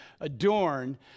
adorn